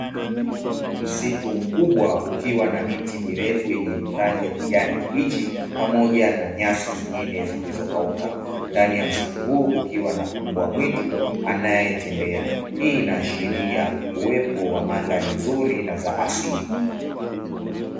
Msitu mkubwa ukiwa na miti mirefu yenye rangi ya kijani kibichi pamoja na nyasi zingine zilizokauka. Ndani ya msitu huu kukiwa na mbwa mwitu anayetembea. Hii inaashiria uwepo wa mandhari nzuri na za asili.